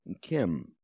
Kim